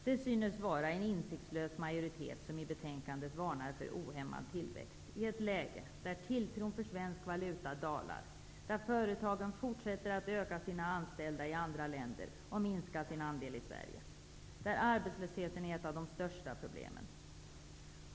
Det synes vara en insiktslös majoritet som i betänkandet varnar för ohämmad tillväxt, i ett läge där tilltron för svensk valuta dalar, där företagen fortsätter att öka sina anställda i andra länder och minska sin andel i Sverige, där arbetslösheten är ett av de största problemen.